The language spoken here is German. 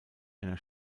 einer